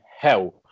hell